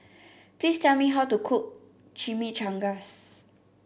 please tell me how to cook Chimichangas